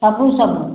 ସବୁ ସବୁ